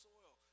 soil